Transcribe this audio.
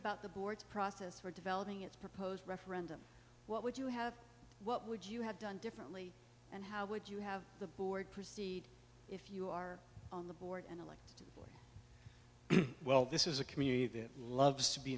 about the board's process for developing its proposed referendum what would you have what would you have done differently and how would you have the board proceed if you are on the board and elect well this is a community that loves to be